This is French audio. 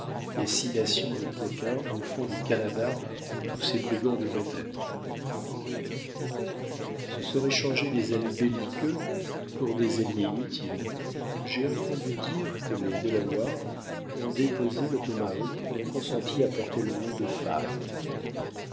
et six nations de coquins au fond du canada où tous ces brigands devraient être ce serait changer des amis belliqueux pour des alliés inutiles j'ai entendu dire que les delawares ont déposé le tomahawk et ont consenti à porter le nom de femmes